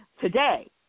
today